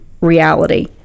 reality